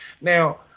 Now